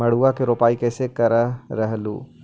मड़उआ की रोपाई कैसे करत रहलू?